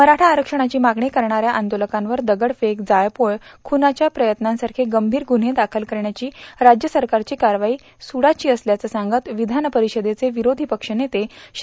मराठा आरक्षणाची मागणी करणाऱ्या आंदोलकांवर दगडफेक जाळपोळ खुनाच्या प्रयत्नांसारखे गंभीर गुन्हे दाखल करण्याची राज्य सरकारची कारवाई सुडाची असल्याचं सांगत विधान परिषदेचे विरोधी पक्षनेते श्री